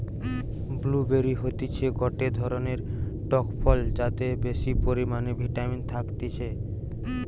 blue বেরি হতিছে গটে ধরণের টক ফল যাতে বেশি পরিমানে ভিটামিন থাকতিছে